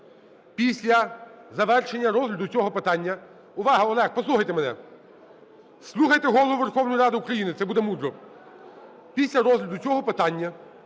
Після завершення розгляду цього питання…